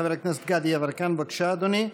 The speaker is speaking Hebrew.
חבר הכנסת גדי יברקן, בבקשה, אדוני.